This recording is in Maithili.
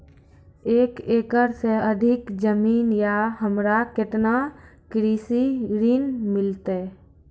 एक एकरऽ से अधिक जमीन या हमरा केतना कृषि ऋण मिलते?